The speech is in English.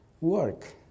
Work